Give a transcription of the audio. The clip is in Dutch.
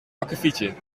akkefietje